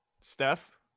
Steph